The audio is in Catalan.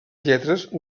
lletres